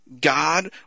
God